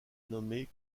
nommé